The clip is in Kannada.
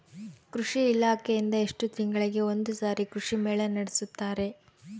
ಕೃಷಿ ಇಲಾಖೆಯಿಂದ ಎಷ್ಟು ತಿಂಗಳಿಗೆ ಒಂದುಸಾರಿ ಕೃಷಿ ಮೇಳ ನಡೆಸುತ್ತಾರೆ?